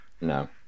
No